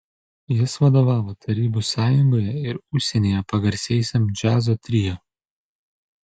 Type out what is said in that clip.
jis vadovavo tarybų sąjungoje ir užsienyje pagarsėjusiam džiazo trio